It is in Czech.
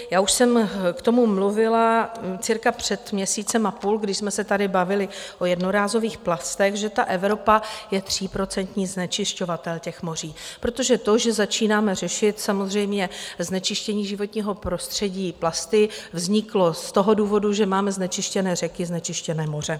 Já už jsem k tomu mluvila cirka před měsícem a půl, když jsme se tady bavili o jednorázových plastech, že Evropa je tříprocentní znečišťovatel moří protože to, že začínáme řešit samozřejmě znečištění životního prostředí plasty, vzniklo z důvodu, že máme znečištěné řeky, znečištěné moře.